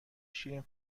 شیرین